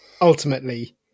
ultimately